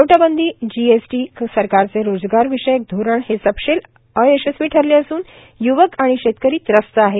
नोटबंदीए जीएसटीए सरकारचे रोजगार विषयक धोरण हे सपशेल अयशस्वी ठरले असून य्वक आणि शेतकरी त्रस्त आहेत